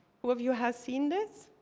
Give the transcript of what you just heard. who of you have seen this?